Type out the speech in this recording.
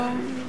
הרשימה,